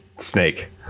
Snake